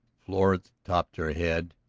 florrie tossed her head,